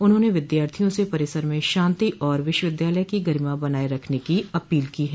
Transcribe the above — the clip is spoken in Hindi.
उन्होंने विद्यार्थियों से परिसर में शांति और विश्वविद्यालय की गरिमा बनाये रखने की अपील की है